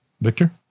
Victor